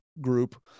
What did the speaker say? group